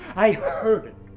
i heard it.